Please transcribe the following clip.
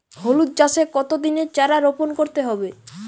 হলুদ চাষে কত দিনের চারা রোপন করতে হবে?